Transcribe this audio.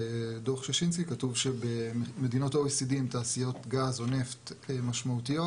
בדו"ח שישינסקי כתוב שבמדינות ה-OECD עם תעשיות גז או נפט משמעותיות,